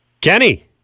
Kenny